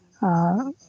ᱟᱨ